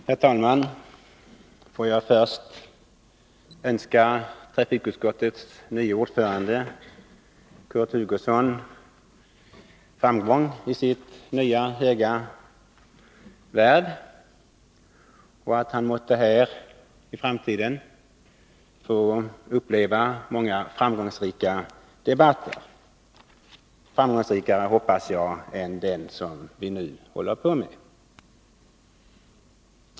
Herr talman! Först vill jag önska trafikutskottets nye ordförande Kurt Hugosson framgång i hans nya höga värv. Jag önskar att han här måtte få uppleva många framgångsrika debatter — mera framgångsrika, hoppas jag, än denna.